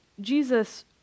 Jesus